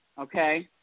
okay